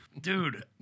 dude